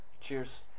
Cheers